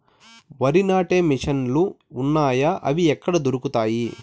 వరి నాటే మిషన్ ను లు వున్నాయా? అవి ఎక్కడ దొరుకుతాయి?